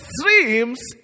streams